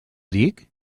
dic